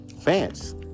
fans